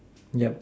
yeah